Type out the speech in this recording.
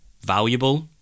valuable